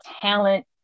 talent